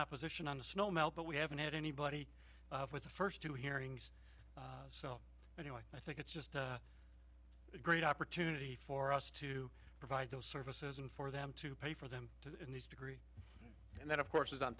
opposition on the snow melt but we haven't had anybody with the first two hearings so you know i think it's just a great opportunity for us to provide those services and for them to pay for them to these degree and that of course is on